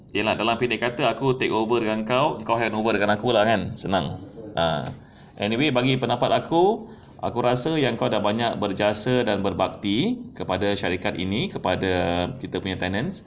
iya lah apa dia kata aku take over dengan kau kau hand over dengan aku lah kan senang ah anyway bagi pendapat aku aku rasa yang kau dah banyak berjasa dan berbakti kepada syarikat ini kepada kita punya tenants